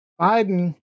Biden